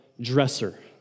dresser